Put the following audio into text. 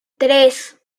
tres